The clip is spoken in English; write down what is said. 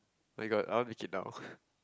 my god I want to eat now